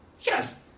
yes